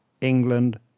England